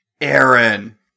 Aaron